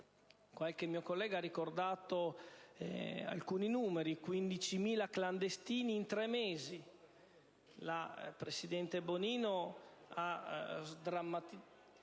qualche mio collega ha ricordato alcuni numeri: 15.000 clandestini in tre mesi. La presidente Bonino ha sdrammatizzato